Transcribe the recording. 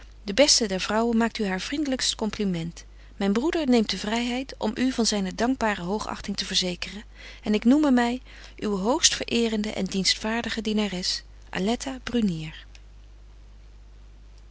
de beste der vrouwen maakt u haar vriendelykst compliment myn broeder neemt de vryheid om u van zyne dankbare hoogächting te verzekeren en ik noeme my uwe hoogstverëerende en dienstvaardige dienares